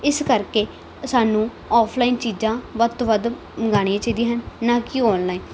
ਇਸ ਕਰਕੇ ਸਾਨੂੰ ਔਫਲਾਈਨ ਚੀਜ਼ਾਂ ਵੱਧ ਤੋਂ ਵੱਧ ਮੰਗਾਉਣੀਆਂ ਚਾਹੀਦੀਆਂ ਹਨ ਨਾ ਕਿ ਔਨਲਾਈਨ